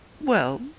Well